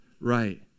right